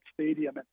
stadium